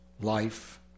life